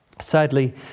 Sadly